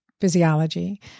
physiology